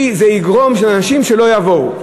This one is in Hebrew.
כי זה יגרום לאנשים שלא יבואו.